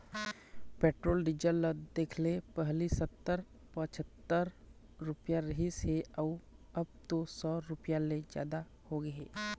petrol diesel ल देखले पहिली सत्तर, पछत्तर रूपिया रिहिस हे अउ अब तो सौ रूपिया ले जादा होगे हे